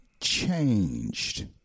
changed